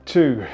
two